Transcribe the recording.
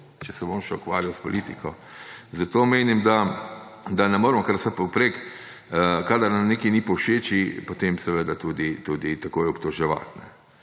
če se bom še ukvarjal s politiko, zato menim, da ne moremo kar vse povprek, kadar nam nekaj ni povšeči, potem tudi takoj obtoževati.